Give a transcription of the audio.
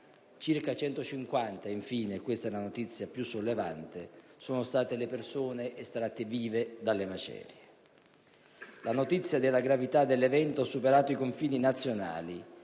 Circa 150 infine - questa è la notizia più sollevante - sono state le persone estratte vive dalle macerie. La notizia della gravità dell'evento ha superato i confini nazionali